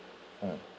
mm